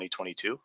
2022